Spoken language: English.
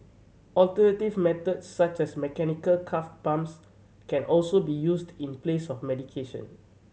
alternative methods such as mechanical calf pumps can also be used in place of medication